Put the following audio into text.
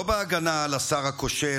לא בהגנה על השר הכושל,